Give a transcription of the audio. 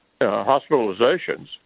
hospitalizations